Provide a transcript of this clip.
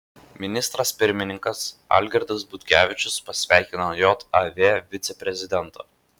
ministras pirmininkas algirdas butkevičius pasveikino jav viceprezidentą